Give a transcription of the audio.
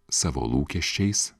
savo lūkesčiais